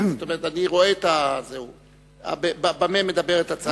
זאת אומרת, אני רואה את, על מה מדברת הצעת החוק?